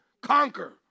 conquer